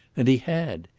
and he had.